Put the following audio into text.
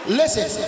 listen